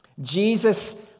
Jesus